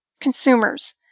consumers